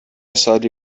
سالی